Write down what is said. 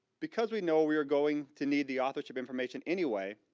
because we know we are going to need the authorship information anyway,